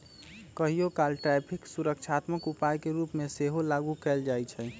कहियोकाल टैरिफ सुरक्षात्मक उपाय के रूप में सेहो लागू कएल जाइ छइ